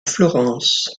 florence